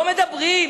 לא מדברים.